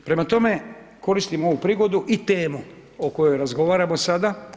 Prema tome, koristim ovu prigodu i temu o kojoj razgovaramo sada.